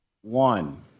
One